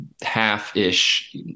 half-ish